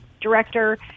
director